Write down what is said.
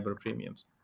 premiums